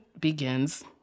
begins